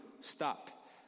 stop